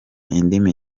indimi